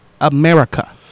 America